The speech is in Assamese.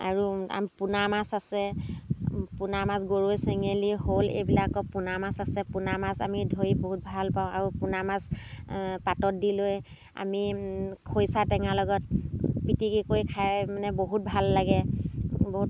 আৰু পোনা মাছ আছে পোনা মাছ গৰৈ চেঙেলী শ'ল এইবিলাকৰ পোনা মাছ আছে পোনা মাছ আমি ধৰি বহুত ভাল পাওঁ আৰু পোনা মাছ পাতত দি লৈ আমি খৰিচা টেঙা লগত পিটিকি কৰি খাই মানে বহুত ভাল লাগে বহুত